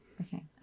Okay